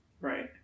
Right